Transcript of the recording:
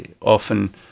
often